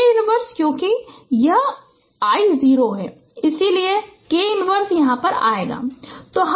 K inverse क्योंकि यह I 0 है इसलिए K इन्वर्स यहाँ आएगा